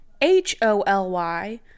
H-O-L-Y